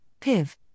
PIV